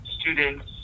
students